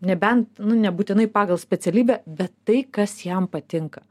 nebent nu nebūtinai pagal specialybę bet tai kas jam patinka